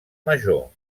major